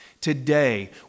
Today